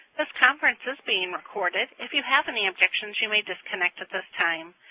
this conference is being recorded. if you have any objections, you may disconnect at this time.